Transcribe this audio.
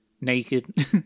naked